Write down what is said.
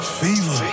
fever